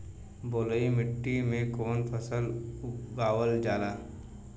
बलुई मिट्टी में कवन फसल उगावल जाला?